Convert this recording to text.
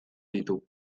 ditu